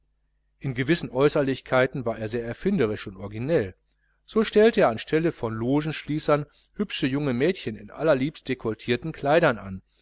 in gewissen äußerlichkeiten war er sehr erfinderisch und originell so stellte er anstelle von logenschließern hübsche junge mädchen in allerliebst dekolettierten kleidern an